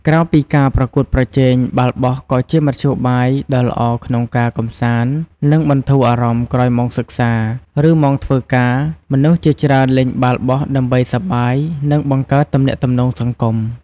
ក្រៅពីការប្រកួតប្រជែង បាល់បោះក៏ជាមធ្យោបាយដ៏ល្អក្នុងការកម្សាន្ត និងបន្ធូរអារម្មណ៍ក្រោយម៉ោងសិក្សា ឬម៉ោងធ្វើការ មនុស្សជាច្រើនលេងបាល់បោះដើម្បីសប្បាយ និងបង្កើតទំនាក់ទំនងសង្គម។